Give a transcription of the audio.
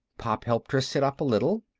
pop helped her sit up a little.